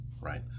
right